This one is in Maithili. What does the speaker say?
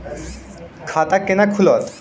खाता केना खुलत?